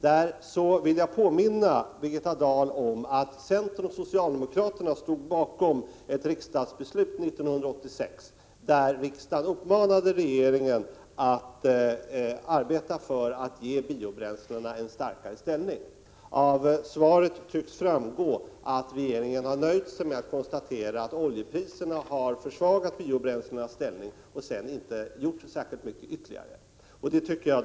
Jag vill då påminna Birgitta Dahl om att centern och socialdemokraterna stod bakom ett riksdagsbeslut 1986, där riksdagen uppmanade regeringen att arbeta för att ge biobränslena en starkare ställning. Av svaret tycks framgå att regeringen har nöjt sig med att konstatera att oljeprisets utveckling har försvagat biobränslenas ställning och sedan inte = Prot. 1987/88:43 gjort särskilt mycket ytterligare. Det tycker jag är beklagligt.